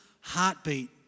heartbeat